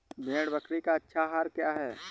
भेड़ बकरी का अच्छा आहार क्या है?